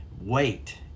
wait